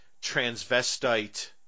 transvestite